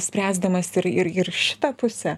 spręsdamas ir ir ir šitą pusę